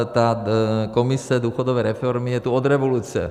Ta komise důchodové reformy je tu od revoluce.